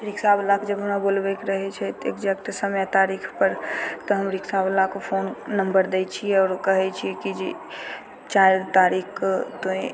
रिक्शावला के जब हमरा बोलबयके रहय छै तऽ एग्जेक्ट समय तारीखपर हम रिक्शावला के फोन नंबर दै छियै आओर कहय छियै कि जे चारि तारीखके तों